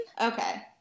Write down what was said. Okay